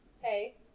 Hey